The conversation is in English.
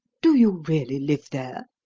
do you really live there?